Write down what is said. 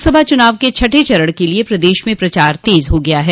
लोकसभा चुनाव के छठें चरण के लिये प्रदेश में प्रचार तेज हो गया है